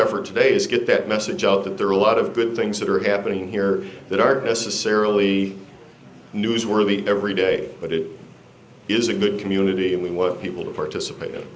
effort to days get that message out that there are a lot of good things that are happening here that are necessarily newsworthy every day but it is a good community and we want people to participate